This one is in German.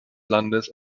landes